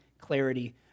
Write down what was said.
clarity